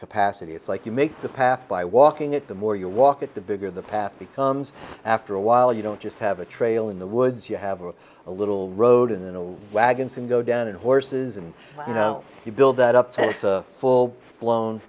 capacity it's like you make the path by walking it the more you walk at the bigger the path becomes after a while you don't just have a trail in the woods you have a little road in the wagons and go down in horses and you know you build that up to full blown